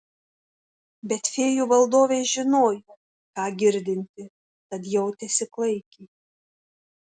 bet fėjų valdovė žinojo ką girdinti tad jautėsi klaikiai